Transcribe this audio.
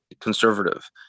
conservative